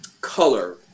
color